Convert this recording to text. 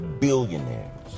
billionaires